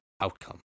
outcome